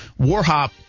Warhop